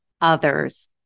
others